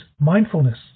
mindfulness